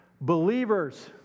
Believers